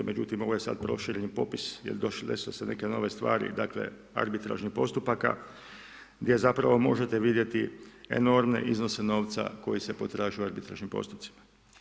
Međutim, ovo je sad prošireni popis jer desile su se neke nove stvari, dakle, arbitražnih postupaka gdje zapravo možete vidjeti enormne iznose novca koji se potražuje arbitražnim postupcima.